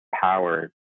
power